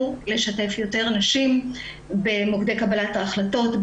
לשתף יותר נשים במוקדי קבלת ההחלטות,